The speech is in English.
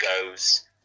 goes